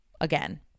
again